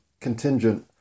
contingent